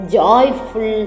joyful